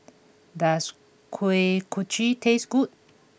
does Kuih Kochi taste good